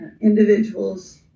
individuals